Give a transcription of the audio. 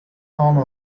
home